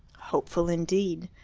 hopeful indeed.